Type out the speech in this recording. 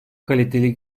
kaliteli